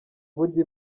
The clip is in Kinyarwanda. burya